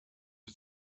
für